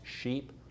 sheep